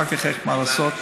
אחר כך מה לעשות.